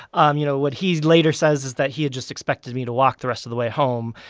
um you know, what he later says is that he had just expected me to walk the rest of the way home.